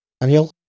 Daniel